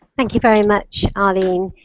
thank you very much, arlene.